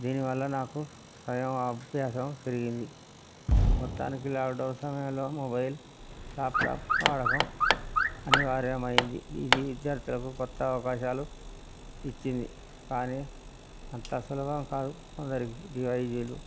దీనివల్ల నాకు సయం అభ్యాసం పెరిగింది మొత్తానికి లాక్డౌన్ సమయంలో మొబైల్ ల్యాప్టాప్ వాడకం అనివార్యమైంది ఇది విద్యార్థులకు క్రొత్త అవకాశాలు ఇచ్చింది కానీ అంత సులభం కాదు కొందరి డివైజులు